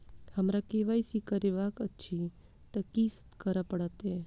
हमरा केँ वाई सी करेवाक अछि तऽ की करऽ पड़तै?